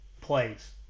plays